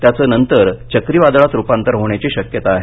त्याचं नंतर चक्रीवादळात रुपांतर होण्याची शक्यता आहे